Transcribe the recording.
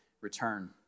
return